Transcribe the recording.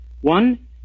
One